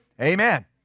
Amen